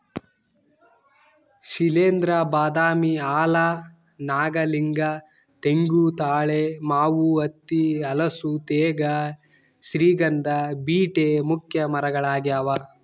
ಶೈಲೇಂದ್ರ ಬಾದಾಮಿ ಆಲ ನಾಗಲಿಂಗ ತೆಂಗು ತಾಳೆ ಮಾವು ಹತ್ತಿ ಹಲಸು ತೇಗ ಶ್ರೀಗಂಧ ಬೀಟೆ ಮುಖ್ಯ ಮರಗಳಾಗ್ಯಾವ